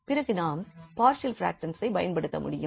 பிறகு நாம் பார்ஷியல் ப்ராக்ஷ்ன்ஸை பயன்படுத்த முடியும்